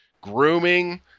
Grooming